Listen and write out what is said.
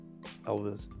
Elvis